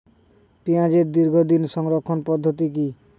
পেঁয়াজের দীর্ঘদিন সংরক্ষণ পদ্ধতি কি?